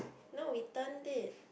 no we turned it